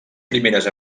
primeres